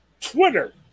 Twitter